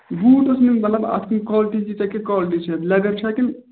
boot اوس نِیُن مَطلَب اَتھ کٕم کالٹی چھِ ییٖژاہ کیٛاہ کالٹی چھِ اتھ لیٚدَر چھا کِنہٕ